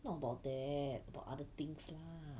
not about that about other things lah